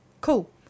Cool